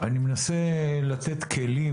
אני מנסה לתת כלים,